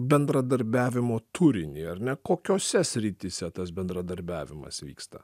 bendradarbiavimo turinį ar ne kokiose srityse tas bendradarbiavimas vyksta